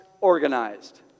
organized